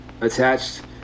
attached